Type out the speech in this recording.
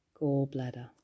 gallbladder